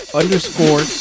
underscore